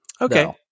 Okay